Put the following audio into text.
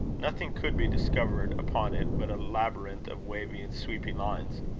nothing could be discovered upon it, but a labyrinth of wavy and sweepy lines.